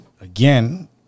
again